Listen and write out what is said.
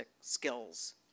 skills